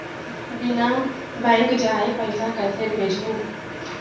बिना बैंक जाए पइसा कइसे भेजहूँ?